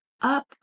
up